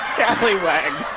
scallywag.